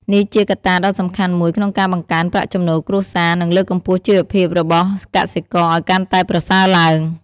នេះជាកត្តាដ៏សំខាន់មួយក្នុងការបង្កើនប្រាក់ចំណូលគ្រួសារ និងលើកកម្ពស់ជីវភាពរបស់កសិករឲ្យកាន់តែប្រសើរឡើង។